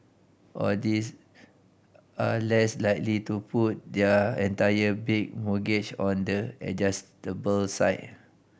or these are less likely to put their entire big mortgage on the adjustable side